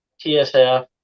TSF